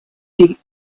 deep